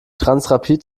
transrapid